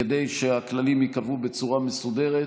כדי שהכללים ייקבעו בצורה מסודרת.